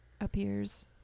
appears